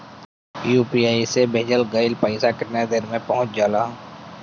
UPI से भेजल गईल पईसा कितना देर में पहुंच जाला?